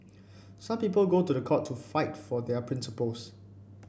some people go to the court to fight for their principles